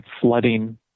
flooding